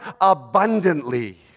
abundantly